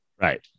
Right